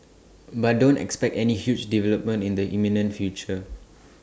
but don't expect any huge development in the imminent future